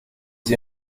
sie